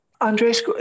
Andres